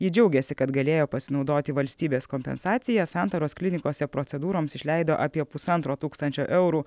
ji džiaugėsi kad galėjo pasinaudoti valstybės kompensacija santaros klinikose procedūroms išleido apie pusantro tūkstančio eurų